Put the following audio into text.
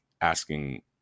Asking